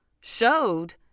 showed